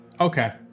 Okay